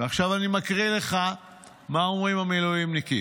עכשיו אני מקריא לך מה אומרים המילואימניקים: